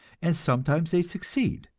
and sometimes they succeed.